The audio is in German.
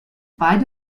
beide